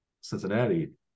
cincinnati